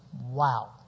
Wow